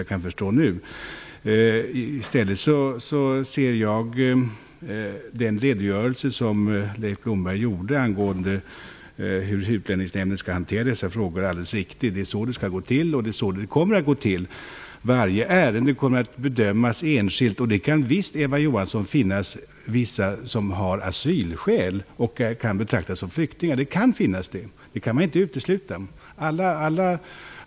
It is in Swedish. Jag finner i stället den redogörelse som Leif Blomberg lämnade för hur Utlänningsnämnden skall hantera dessa frågor vara alldeles riktig. Det skall gå till på det sättet, och så kommer det att gå till. Varje ärende kommer att bedömas enskilt, och det kan visst, Eva Johansson, finnas vissa som har asylskäl och som kan betraktas som flyktingar. Det kan man inte utesluta.